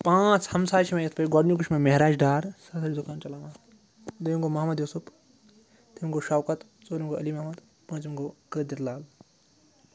پانٛژھ ہمساے چھِ مےٚ یِتھ پٲٹھۍ گۄڈنیُک وُچھ مےٚ مہراج ڈار سُہ ہسا چھِ دُکان چلاوان دوٚیِم گوٚو محمد یوسُف تٔمۍ گوٚو شوکَت ژوٗرِم گوٚو علی محمد پوٗنٛژِم گوٚو قٲدِر لال